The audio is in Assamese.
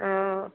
অঁ